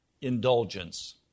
indulgence